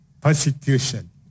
persecution